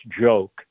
joke